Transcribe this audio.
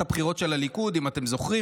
אינו נוכח,